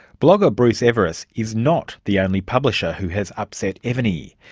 blogger bruce everiss is not the only publisher who has upset evony.